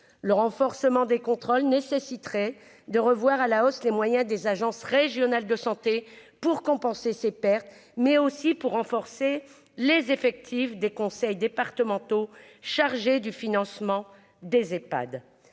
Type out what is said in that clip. le renforcement des contrôles nécessiterait de revoir à la hausse les moyens des agences régionales de santé pour compenser ces pertes, mais aussi pour renforcer les effectifs des conseils départementaux chargés du financement des Epad